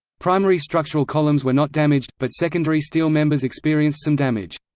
primary structural columns were not damaged, but secondary steel members experienced some damage.